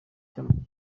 cy’amahoro